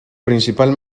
principal